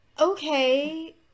Okay